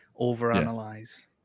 overanalyze